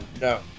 No